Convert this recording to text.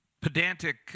pedantic